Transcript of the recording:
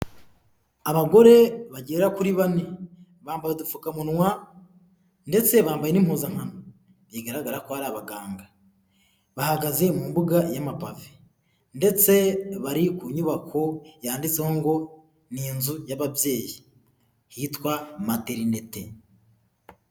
Abagore bagera kuri bane bambaye udupfukamunwa ndetse bambaye n'impuzankano, bigaragara ko ari abaganga, bahagaze mu mbuga y'amapave ndetse bari ku nyubako yanditseho ngo "ni inzu y'ababyeyi" yitwa materinete.